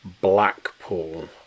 Blackpool